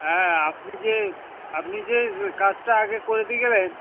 হ্যাঁ আপনি যে আপনি যে কাজটা আগে করে দিয়ে গেলেন